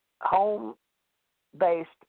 home-based